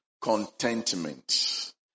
Contentment